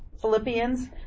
Philippians